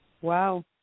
Wow